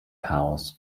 powers